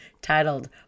titled